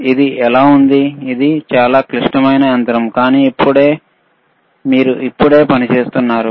ఇది ఎలా ఉంది ఇది చాలా క్లిష్టమైన యంత్రం కానీ మీరు ఇప్పుడే పనిచేస్తున్నారు